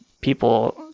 people